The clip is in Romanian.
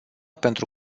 pentru